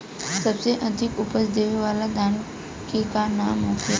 सबसे अधिक उपज देवे वाला धान के का नाम होखे ला?